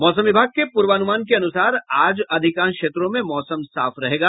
मौसम विभाग के पूर्वानुमान के अनुसार आज अधिकांश क्षेत्रों में मौसम साफ रहेगा